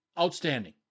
outstanding